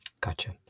Gotcha